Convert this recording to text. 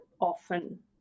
often